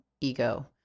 ego